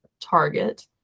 Target